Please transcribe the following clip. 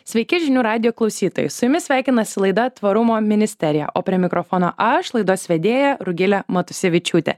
sveiki žinių radijo klausytojai su jumis sveikinasi laida tvarumo ministerija o prie mikrofono aš laidos vedėja rugilė matusevičiūtė